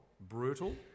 brutal